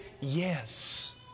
yes